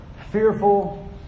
fearful